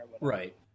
Right